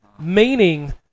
Meaning